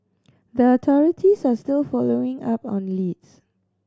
the authorities are still following up on leads